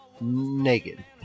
Naked